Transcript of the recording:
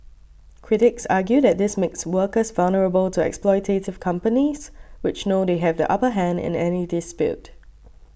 critics argue that this makes workers vulnerable to exploitative companies which know they have the upper hand in any dispute